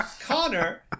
Connor